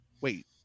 Wait